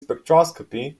spectroscopy